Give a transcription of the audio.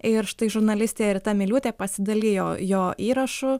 ir štai žurnalistė rita miliūtė pasidalijo jo įrašu